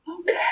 Okay